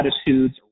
attitudes